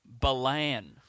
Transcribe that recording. Balan